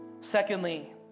Secondly